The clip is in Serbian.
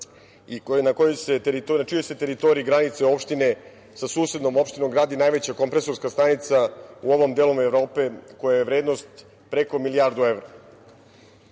i na čijoj se teritoriji granice opštine sa susednom opštinom gradi najveća kompresorska stanica u ovom delu Evrope čija je vrednost preko milijardu evra. Ovaj